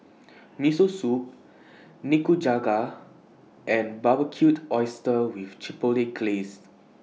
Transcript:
Miso Soup Nikujaga and Barbecued Oysters with Chipotle Glaze